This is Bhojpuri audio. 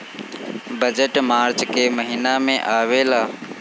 बजट मार्च के महिना में आवेला